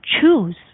Choose